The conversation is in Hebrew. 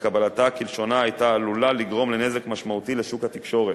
וקבלתה כלשונה היתה עלולה לגרום לנזק משמעותי לשוק התקשורת.